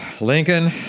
Lincoln